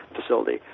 facility